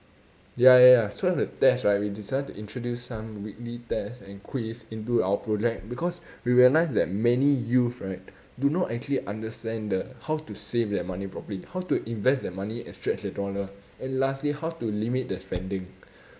ya ya ya so the test right we decided to introduce some weekly test and quiz into our project because we realised that many youth right do not actually understand the how to save their money properly how to invest their money and stretch their dollar and lastly how to limit their spending